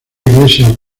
iglesia